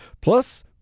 plus